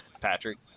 Patrick